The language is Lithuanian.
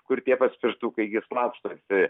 kur tie paspirtukai gi slapstosi